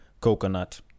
coconut